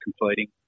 completing